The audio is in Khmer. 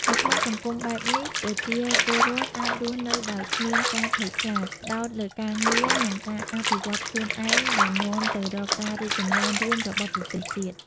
នៅក្នុងសង្គមបែបនេះ ប្រជាពលរដ្ឋអាចរស់នៅដោយគ្មានការភ័យខ្លាច ផ្តោតលើការងារ និងការអភិវឌ្ឍន៍ខ្លួនឯង ដែលនាំទៅរកការរីកចម្រើនរួមរបស់ប្រទេសជាតិ។